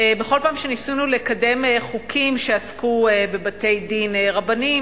בכל פעם שניסינו לקדם חוקים שעסקו בבתי-דין רבניים,